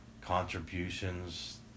contributions